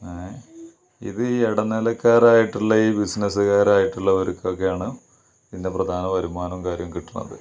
ഏഹ് ഇത് ഈ ഇടനിലക്കാരായിട്ടുള്ള ഈ ബിസിനസ്സുകാരായിട്ടുള്ളവർ ക്കൊക്കെയാണ് ഇതിൻ്റെ പ്രധാന വരുമാനവും കാര്യവും കിട്ടണത്